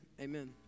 Amen